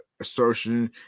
assertion